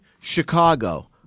Chicago